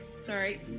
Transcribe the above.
sorry